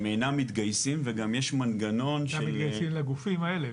הם אינם מתגייסים וגם יש מנגנון --- שמתגייסים לגופים האלה.